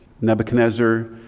nebuchadnezzar